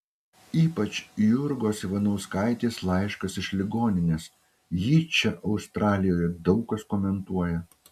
ypač jurgos ivanauskaitės laiškas iš ligoninės jį čia australijoje daug kas komentuoja